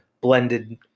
Blended